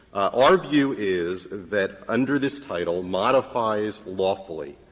our view is that under this title modifies lawfully.